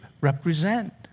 represent